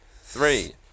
Three